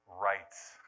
rights